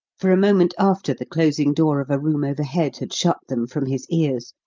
for a moment after the closing door of a room overhead had shut them from his ears,